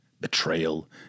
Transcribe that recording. betrayal